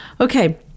okay